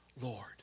Lord